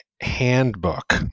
handbook